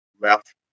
left